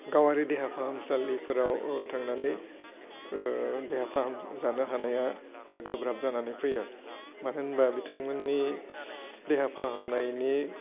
गावारि देहा फाहामसालिफोराव थांनानै देहा फाहामजानो हानाया गोब्राब जानानै फैयो मानो होनबा बिथांमोननि देहा फाहामनायनि